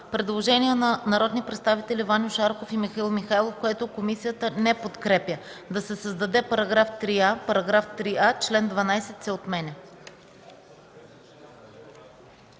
Предложение на народните представители Ваньо Шарков и Михаил Михайлов, което комисията не подкрепя – да се създаде § 3а: „§ 3а. Член 12 се отменя”.